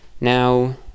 Now